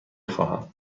خواهم